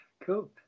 Cool